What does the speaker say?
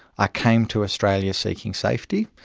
i came to australia seeking safety,